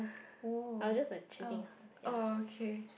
oh ah oh okay